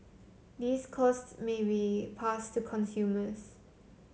these costs may be passed to consumers